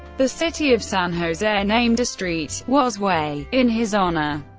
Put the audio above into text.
the city of san jose named a street woz way in his honour.